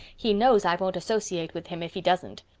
he knows i won't associate with him if he doesn't.